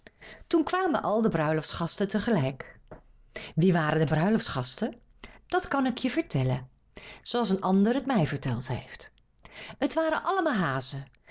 toen kwamen al de bruiloftsgasten tegelijk wie waren de bruiloftsgasten dat kan ik je vertellen zooals een ander het mij verteld heeft het waren allemaal hazen